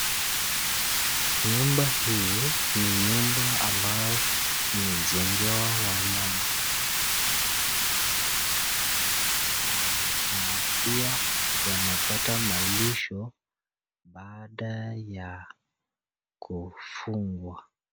Nyumba hii ni nyumba ambao imejengewa wanyama na wanyama hawa ni ng'ombe na pia wanapata malisho baada ya kufungwa.